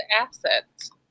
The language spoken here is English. assets